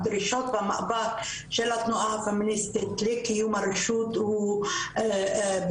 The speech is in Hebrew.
הדרישות והמאבק של התנועה הפמיניסטית לקיום הרשות הוא בזכותנו,